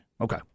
Okay